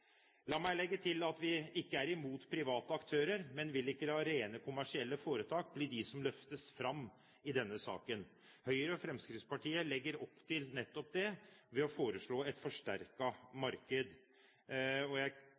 La meg legge til at vi ikke er imot private aktører, men vi vil ikke la rene kommersielle foretak bli løftet fram i denne saken. Høyre og Fremskrittspartiet legger opp til nettopp det ved å foreslå et forsterket marked. Jeg kan referere fra innstillingen, hvor Høyre og